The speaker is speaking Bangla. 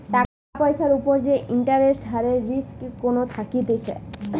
টাকার পয়সার উপর যে ইন্টারেস্ট হারের রিস্ক কোনো থাকতিছে